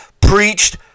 preached